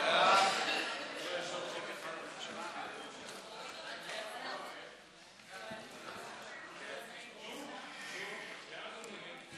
ועדת הכנסת לתיקון סעיף 84 לתקנון הכנסת